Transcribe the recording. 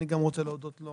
אני גם רוצה להודות לו